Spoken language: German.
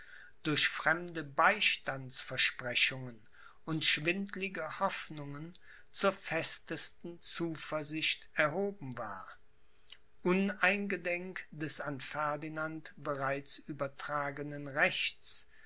durch fremde beistandsversprechungen und schwindlige hoffnungen zur festesten zuversicht erhoben war uneingedenk des an ferdinand bereits übertragenen rechts